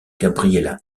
gabriella